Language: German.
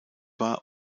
war